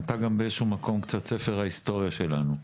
באיזה שהוא מקום אתה גם קצת ספר ההיסטוריה שלנו.